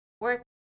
work